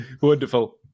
Wonderful